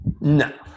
No